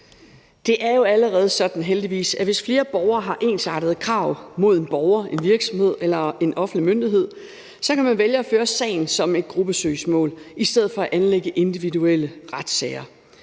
heldigvis allerede sådan, at hvis flere borgere har ensartede krav mod en borger, en virksomhed eller en offentlig myndighed, kan man vælge at føre sagen som et gruppesøgsmål i stedet for at anlægge individuelle retssager.